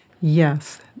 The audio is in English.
Yes